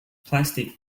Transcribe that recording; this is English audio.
plastic